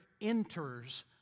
enters